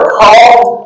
called